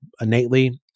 innately